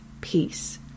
peace